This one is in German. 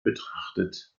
betrachtet